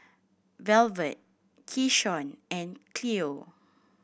Velvet Keyshawn and Cleo